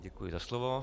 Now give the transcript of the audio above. Děkuji za slovo.